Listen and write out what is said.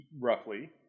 Roughly